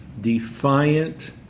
defiant